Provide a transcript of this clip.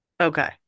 Okay